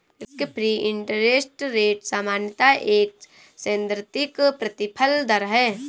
risk free interest rate सामान्यतः एक सैद्धांतिक प्रतिफल दर है